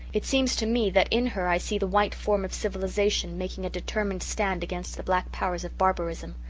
it seems to me that in her i see the white form of civilization making a determined stand against the black powers of barbarism.